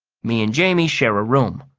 me and jamie share a room.